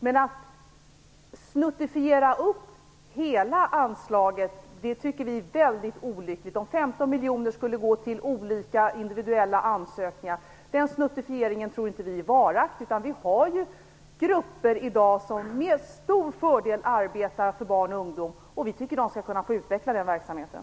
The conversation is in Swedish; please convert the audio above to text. Men att snuttifiera hela anslaget tycker vi är mycket olyckligt. Att 15 miljoner skulle gå ut till olika individuella sökande tycker vi inte skulle ge varaktiga resultat. Vi har i dag grupper som med stor fördel arbetar för barn och ungdom, och vi tycker att de skall kunna få utveckla den verksamheten.